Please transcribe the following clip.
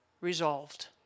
resolved